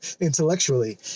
intellectually